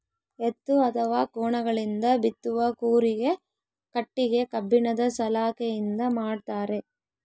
ಎತ್ತು ಅಥವಾ ಕೋಣಗಳಿಂದ ಬಿತ್ತುವ ಕೂರಿಗೆ ಕಟ್ಟಿಗೆ ಕಬ್ಬಿಣದ ಸಲಾಕೆಯಿಂದ ಮಾಡ್ತಾರೆ